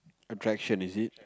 attraction is it